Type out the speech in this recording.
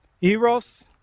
eros